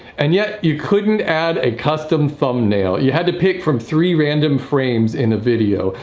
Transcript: and yet you couldn't add a custom thumbnail. you had to pick from three random frames in a video.